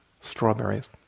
strawberries